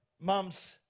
mums